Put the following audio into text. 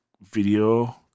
video